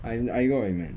I I got what you meant